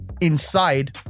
inside